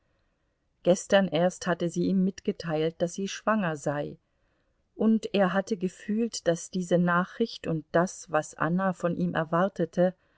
gestern erst hatte sie ihm mitgeteilt daß sie schwanger sei und er hatte gefühlt daß diese nachricht und das was anna von ihm erwartete